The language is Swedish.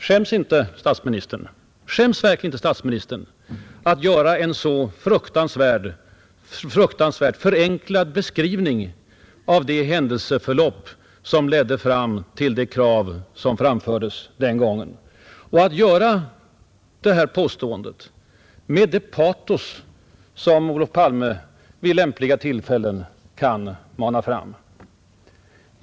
Skäms verkligen inte statsministern att göra en så fruktansvärt förenklad beskrivning av det händelseförlopp som ledde fram till det krav som framfördes den gången? Och att göra ett sådant påstående med det patos som Olof Palme vid lämpliga tillfällen kan mana fram!